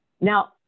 Now